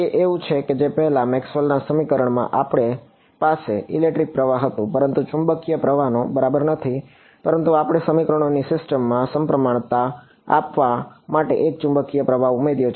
તે એવું છે જે પહેલાં મેક્સવેલના સમીકરણોમાં આપણી પાસે ઇલેક્ટ્રિક પ્રવાહ હતું પરંતુ ચુંબકીય પ્રવાહનો બરાબર નથી પરંતુ આપણે સમીકરણોની સિસ્ટમમાં સમપ્રમાણતા આપવા માટે એક ચુંબકીય પ્રવાહ ઉમેર્યો છે